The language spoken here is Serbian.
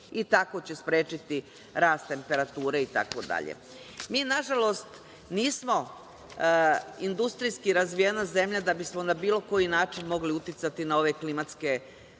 i tako će sprečiti rast temperature, itd. Mi nažalost nismo industrijski razvijena zemlja da bismo na bilo koji način mogli uticati na ove klimatske